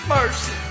Mercy